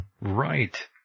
Right